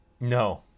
No